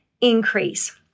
increase